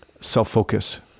self-focus